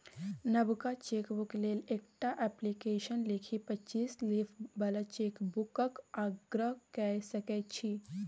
नबका चेकबुक लेल एकटा अप्लीकेशन लिखि पच्चीस लीफ बला चेकबुकक आग्रह कए सकै छी